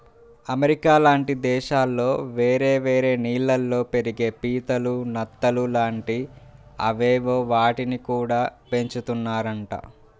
America లాంటి దేశాల్లో వేరే వేరే నీళ్ళల్లో పెరిగే పీతలు, నత్తలు లాంటి అవేవో వాటిని గూడా పెంచుతున్నారంట